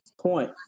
point